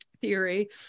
theory